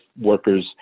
workers